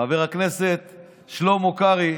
חבר הכנסת שלמה קרעי,